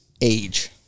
age